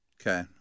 Okay